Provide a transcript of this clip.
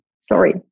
sorry